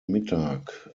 mittag